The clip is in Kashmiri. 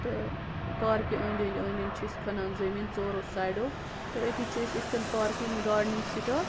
تہٕ پارکہِ أنٛدۍ أنٛدۍ أنٛدۍ أنٛدۍ چھِ أسۍ کھنان زٔمیٖن ژورو سایڈو تہٕ أتی چھِ أسۍ یِتھ کٔنۍ پارکِنٛگ گاڈنِگ سِٹاٹ